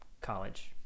college